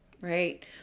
Right